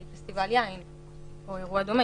כמו שאמרת, אולי זה פסטיבל יין או אירוע דומה.